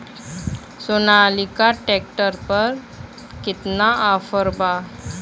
Sonalika tractor पर केतना offer बा?